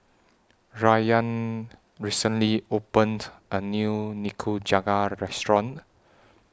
Rayan recently opened A New Nikujaga Restaurant